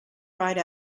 ride